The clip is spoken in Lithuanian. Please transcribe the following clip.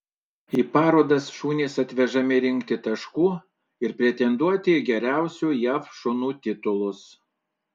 į parodas šunys atvežami rinkti taškų ir pretenduoti į geriausių jav šunų titulus